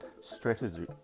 strategy